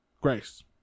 Grace